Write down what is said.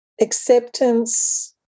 Acceptance